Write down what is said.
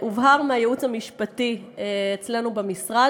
הובהר מהייעוץ המשפטי אצלנו במשרד,